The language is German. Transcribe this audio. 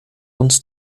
uns